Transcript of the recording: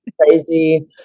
crazy